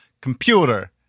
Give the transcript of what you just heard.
computer